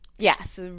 Yes